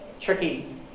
tricky